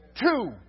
Two